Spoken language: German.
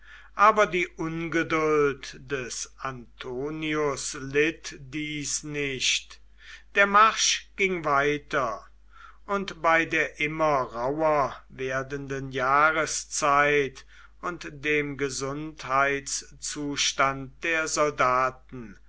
aber die ungeduld des antonius litt dies nicht der marsch ging weiter und bei der immer rauher werdenden jahreszeit und dem gesundheitszustand der soldaten